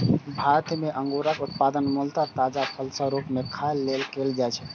भारत मे अंगूरक उत्पादन मूलतः ताजा फलक रूप मे खाय लेल कैल जाइ छै